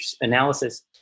analysis